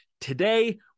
Today